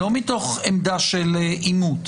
לא מתוך עמדה של עימות.